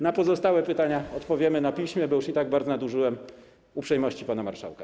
Na pozostałe pytania odpowiemy na piśmie, bo i tak bardzo nadużyłem uprzejmości pana marszałka.